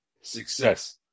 success